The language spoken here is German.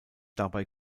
dabei